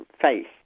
face